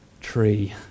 tree